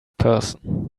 person